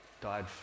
Died